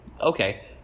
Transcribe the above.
okay